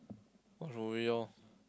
watch movie lor